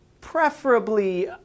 preferably